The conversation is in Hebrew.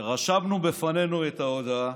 שרשמנו בפנינו את ההודעה,